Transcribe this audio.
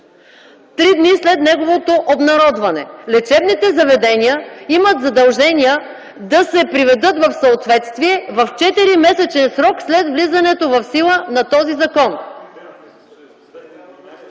три дни? След 2011 г. влиза. МАЯ МАНОЛОВА: Лечебните заведения имат задължение да се приведат в съответствие в 4-месечен срок след влизането в сила на този закон.